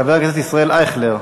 חבר הכנסת ישראל אייכלר,